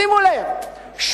שימו לב,